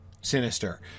sinister